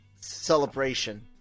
celebration